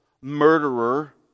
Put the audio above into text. murderer